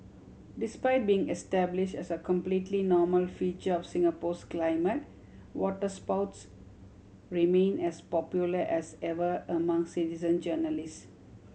despite being establish as a completely normal feature of Singapore's climate waterspouts remain as popular as ever among citizen journalist